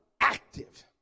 active